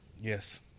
Yes